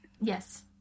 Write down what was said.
Yes